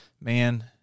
man